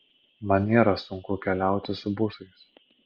man nėra sunku keliauti su busais